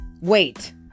Wait